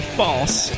false